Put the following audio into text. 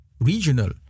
regional